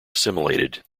assimilated